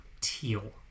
teal